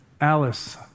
Alice